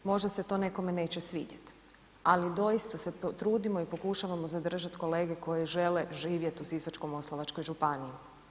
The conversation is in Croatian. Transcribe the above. Možda se to nekome neće svidjeti, ali doista se trudimo i pokušavamo zadržati kolege koje žele živjeti u Sisačko-moslavačkoj županiji.